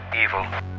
evil